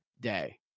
day